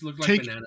Take